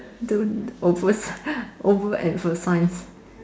don't over over emphasise